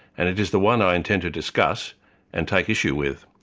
and it is the one i intend to discuss and take issue with,